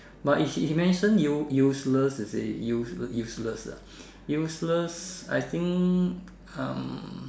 but he he mention use~ useless is it use~ useless ah useless I think um